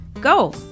Go